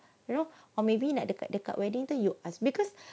you know or maybe like dekat dekat wedding tu you ask because